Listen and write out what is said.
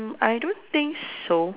I don't think so